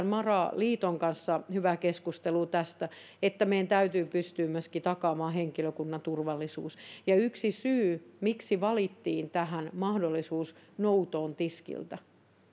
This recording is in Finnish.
mara liiton kanssa hyvän keskustelun tästä että meidän täytyy pystyä takaamaan myöskin henkilökunnan turvallisuus ja yksi syy miksi valittiin tähän mahdollisuus noutoon tiskiltä